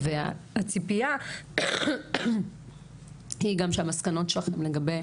והציפייה היא גם שהמסקנות שלכם לגבי